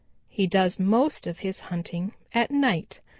he does most of his hunting at night,